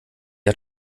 hat